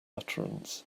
utterance